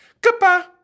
Goodbye